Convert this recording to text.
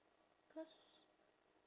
cause